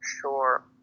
sure